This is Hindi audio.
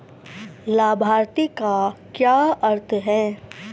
लाभार्थी का क्या अर्थ है?